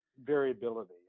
variability